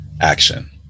Action